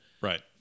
Right